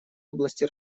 области